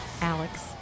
Alex